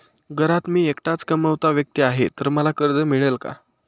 घरात मी एकटाच कमावता व्यक्ती आहे तर मला कर्ज मिळेल का?